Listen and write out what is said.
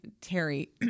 Terry